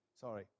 Sorry